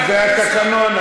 זה התקנון.